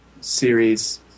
series